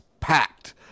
Packed